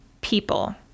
people